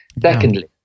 secondly